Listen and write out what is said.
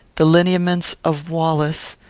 the lineaments of wallace,